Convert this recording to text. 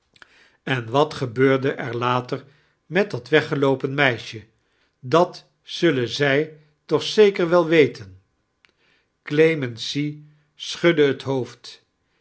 en wat gebeurde er later met dat weggeloopen meisje dat zullen zij toch zeker wel wetietn clemency schudde het hoofd